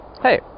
hey